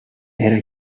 era